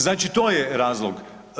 Znači to je razlog.